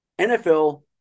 NFL